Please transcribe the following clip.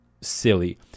silly